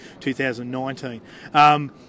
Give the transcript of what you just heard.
2019